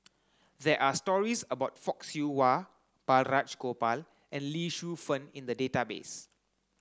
there are stories about Fock Siew Wah Balraj Gopal and Lee Shu Fen in the database